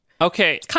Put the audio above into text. Okay